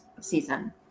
season